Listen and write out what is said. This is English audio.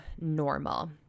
normal